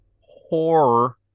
horror